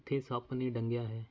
ਜਿੱਥੇ ਸੱਪ ਨੇ ਡੰਗਿਆ ਹੈ